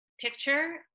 picture